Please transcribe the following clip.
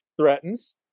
threatens